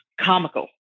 comical